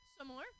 similar